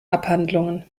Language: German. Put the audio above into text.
abhandlungen